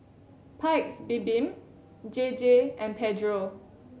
Paik's Bibim J J and Pedro